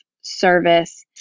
service